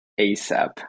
asap